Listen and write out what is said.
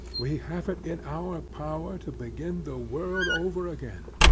we have it in our power to begin the world over again.